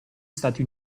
stati